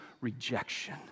rejection